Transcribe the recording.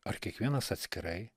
ar kiekvienas atskirai